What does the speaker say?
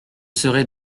serai